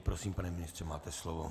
Prosím, pane ministře, máte slovo.